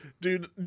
dude